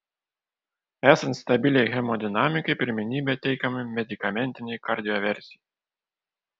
esant stabiliai hemodinamikai pirmenybė teikiama medikamentinei kardioversijai